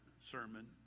sermon